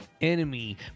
enemy